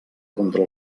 contra